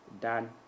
done